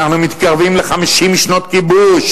אנחנו מתקרבים ל-50 שנות כיבוש,